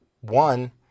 one